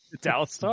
Dallas